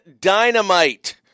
Dynamite